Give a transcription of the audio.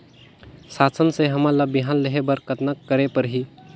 शासन से हमन ला बिहान लेहे बर कतना करे परही?